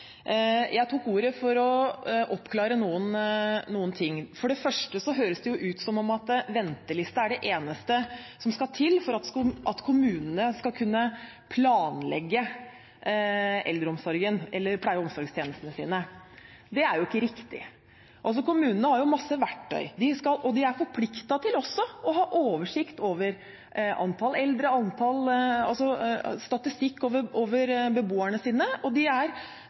Jeg tok ordet for å oppklare noen ting. For det første høres det ut som om venteliste er det eneste som skal til for at kommunene skal kunne planlegge pleie- og omsorgstjenestene sine. Det er jo ikke riktig. Kommunene har masse verktøy, og de er også forpliktet til å ha oversikt og statistikk over beboerne sine, og mange kommuner har det. Så det at man må ha en venteliste som fratar folk rettigheter for å kunne planlegge utbyggingen av eldreomsorgen, er